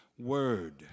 word